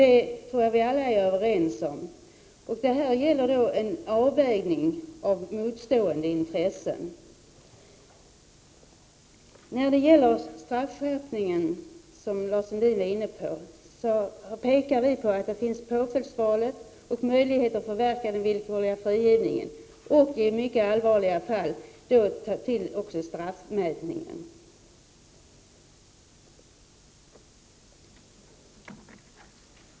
Det tror jag att vi alla är överens om. Det gäller här en avvägning av motstående intressen. Lars Sundin talade om straffskärpning. Vi har pekat på möjligheterna till straffskärpning genom påföljdsval, förverkande av villkorlig frigivning och, i mycket allvarliga fall, straffmätningen.